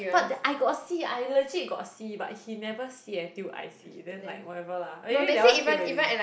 but I got see I legit got see but he never see until I see then like whatever lah but anyway that one fail already